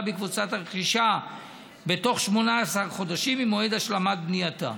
בקבוצת הרכישה בתוך 18 חודשים ממועד השלמת בנייתה.